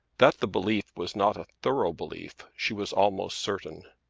that the belief was not a thorough belief she was almost certain.